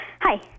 Hi